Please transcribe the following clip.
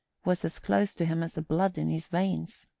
was as close to him as the blood in his veins.